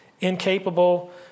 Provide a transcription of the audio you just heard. incapable